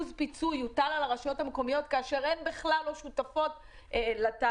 פיצוי יוטל מוטל על הרשויות המקומיות,